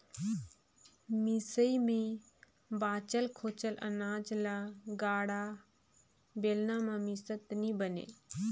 मिसई मे बाचल खोचल अनाज ल गाड़ा, बेलना मे मिसत नी बने